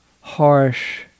harsh